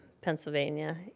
pennsylvania